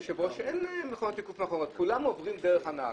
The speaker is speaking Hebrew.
שאין להם מכונות תיקוף מאחורה ואז כל הנוסעים עוברים דרך הנהג?